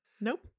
Nope